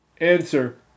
Answer